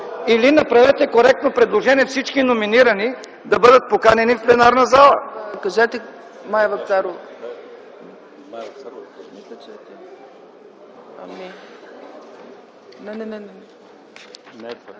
Или направете коректно предложение всички номинирани да бъдат поканени в пленарната зала.